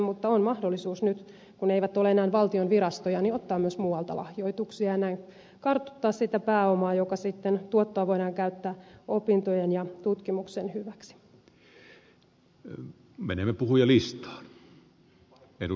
mutta on mahdollisuus nyt kun ne eivät ole enää valtion virastoja ottaa myös muualta lahjoituksia ja näin kartuttaa sitä pääomaa jonka tuottoa sitten voidaan käyttää opintojen ja tutkimuksen hyväksi